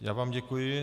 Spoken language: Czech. Já vám děkuji.